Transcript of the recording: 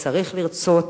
וצריך לרצות,